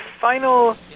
final